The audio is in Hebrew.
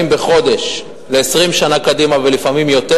בחודש ל-20 שנה קדימה ולפעמים יותר,